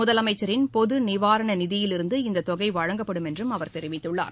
முதலமைச்சரின் பொது நிவாரண நிதியிலிருந்து இந்த தொகை வழங்கப்படும் என்றும் அவர் தெரிவித்துள்ளார்